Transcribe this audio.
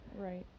right